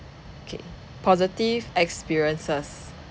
K positive experiences